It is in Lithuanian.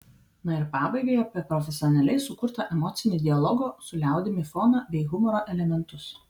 na ir pabaigai apie profesionaliai sukurtą emocinį dialogo su liaudimi foną bei humoro elementus